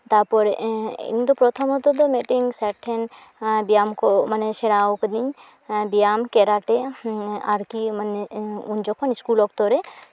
ᱛᱟᱨᱯᱚᱨᱮ ᱤᱧᱫᱚ ᱯᱨᱚᱛᱷᱚᱢᱚᱛᱚ ᱫᱚ ᱢᱤᱫᱴᱤᱱ ᱥᱮᱨ ᱴᱷᱮᱱ ᱵᱮᱭᱟᱢ ᱠᱚ ᱢᱟᱱᱮ ᱥᱮᱬᱟᱣ ᱠᱟᱹᱫᱤᱧ ᱵᱮᱭᱟᱢ ᱠᱮᱨᱟᱴᱮ ᱟᱨᱠᱤ ᱩᱱ ᱡᱚᱠᱷᱚᱱ ᱤᱥᱠᱩᱞ ᱚᱠᱛᱚ ᱨᱮ